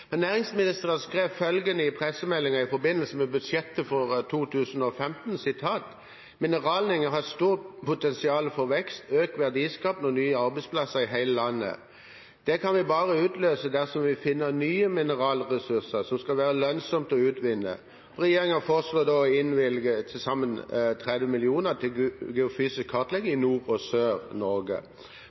i pressemeldingen i forbindelse med budsjettet for 2015: «Mineralnæringa har eit potensial for vekst, auka verdiskaping og nye arbeidsplassar i heile landet. Det kan vi berre utløyse dersom vi finn nye mineralressursar som det kan vere lønnsamt å utvinne. Regjeringa foreslår derfor å løyve til saman 30 millionar kroner til geofysisk kartlegging i Nord-Noreg og